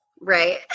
Right